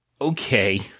Okay